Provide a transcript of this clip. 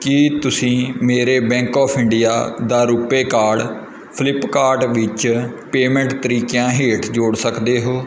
ਕੀ ਤੁਸੀਂਂ ਮੇਰੇ bank of India ਦਾ ਰੁਪੇ ਕਾਰਡ ਫਲਿੱਪਕਾਰਟ ਵਿੱਚ ਪੇਮੈਂਟ ਤਰੀਕਿਆਂ ਹੇਠ ਜੋੜ ਸਕਦੇ ਹੋ